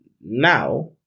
now